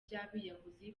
by’abiyahuzi